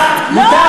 לך.